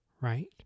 right